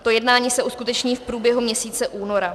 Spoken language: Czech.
To jednání se uskuteční v průběhu měsíce února.